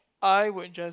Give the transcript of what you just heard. I would just